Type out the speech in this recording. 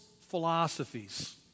philosophies